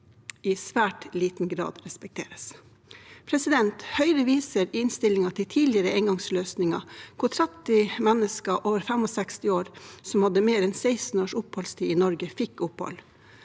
i svært liten grad respekteres. Høyre viser i innstillingen til en tidligere engangsløsning hvor 30 mennesker over 65 år som hadde mer enn 16 års oppholdstid i Norge, fikk opphold.